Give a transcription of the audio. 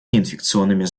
неинфекционными